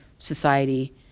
society